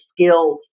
skills